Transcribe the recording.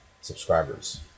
subscribers